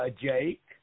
Jake